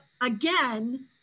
Again